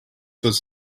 was